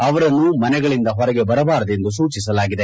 ಅವರನ್ನು ಮನೆಗಳಿಂದ ಹೊರಗೆ ಬರಬಾರದೆಂದು ಸೂಚಿಸಲಾಗಿದೆ